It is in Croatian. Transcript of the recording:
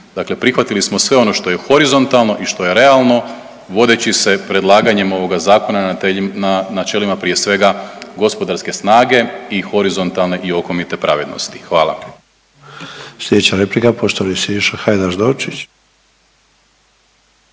prihvatili smo sve ono što je horizontalno i što je realno vodeći se predlaganjima ovoga zakona načelima prije svega gospodarske snage i horizontalne i okomite pravednosti, hvala.